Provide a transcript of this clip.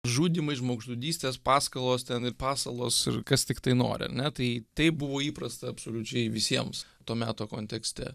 žudymai žmogžudystės paskalos ten ir pasalos ir kas tiktai nori ar ne tai taip buvo įprasta absoliučiai visiems to meto kontekste